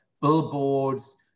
billboards